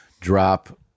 drop